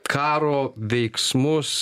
karo veiksmus